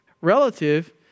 Relative